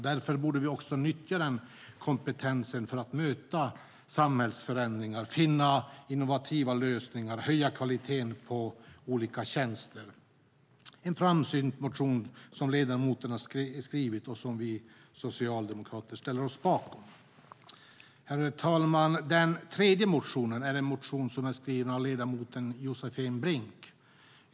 Därför borde vi också nyttja den kompetensen för att möta samhällsförändringar, finna innovativa lösningar och höja kvaliteten på olika tjänster. Det är en framsynt motion som ledamöterna har skrivit och som vi socialdemokrater ställer oss bakom. Herr talman! Den tredje motionen är en motion som är skriven av ledamoten Josefin Brink.